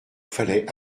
fallait